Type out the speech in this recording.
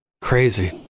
Crazy